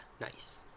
nice